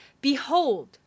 Behold